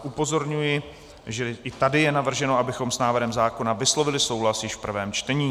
Upozorňuji, že i tady je navrženo, abychom s návrhem zákona vyslovili souhlas již v prvém čtení.